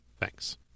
Thanks